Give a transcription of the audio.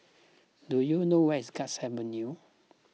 do you know where is Guards Avenue